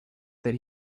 that